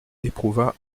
éprouva